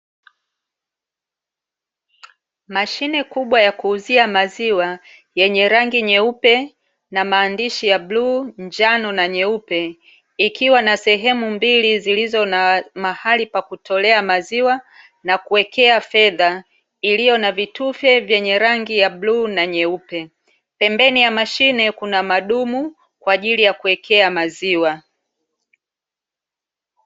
Mashine kubwa ya kuuzia maziwa, yenye rangi nyeupe na maandishi ya bluu, njano, na nyeupe. Ikiwa na sehemu mbili zilizo na mahali pa kutolea maziwa na kuwekea fedha, iliyo na vitufe vyenye rangi ya bluu na nyeupe. Pembeni ya mashine kuna madumu kwa ajili ya kuwekea maziwa.